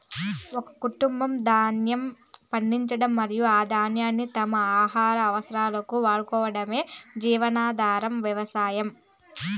ఒక కుటుంబం ధాన్యం పండించడం మరియు ఆ ధాన్యాన్ని తమ ఆహార అవసరాలకు వాడుకోవటమే జీవనాధార వ్యవసాయం